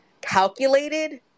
calculated